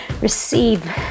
Receive